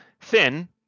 thin